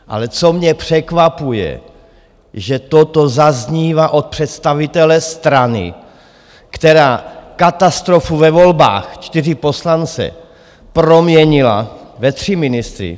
Ale co mě překvapuje, že toto zaznívá od představitele strany, která katastrofu ve volbách čtyři poslance proměnila ve tři ministry.